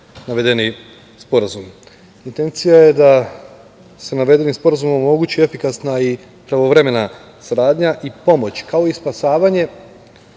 navedeni sporazum. Intencija je da se navedenim sporazumom omogući efikasna i pravovremena saradnja i pomoć, kao i spasavanje,